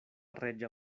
reĝa